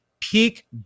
peak